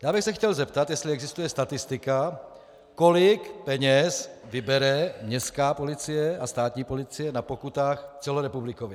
Chtěl bych se zeptat, jestli existuje statistika, kolik peněz vybere městská policie a státní policie na pokutách celorepublikově.